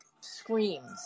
screams